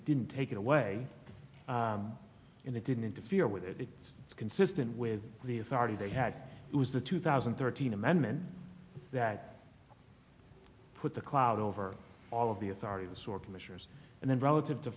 didn't take it away in it didn't interfere with it it's consistent with the authority they had it was the two thousand and thirteen amendment that put the cloud over all of the authority the sort of measures and then relative to